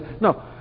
No